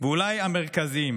ואולי המרכזיים,